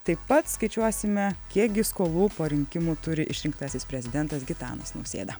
taip pat skaičiuosime kiek gi skolų po rinkimų turi išrinktasis prezidentas gitanas nausėda